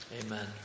amen